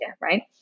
right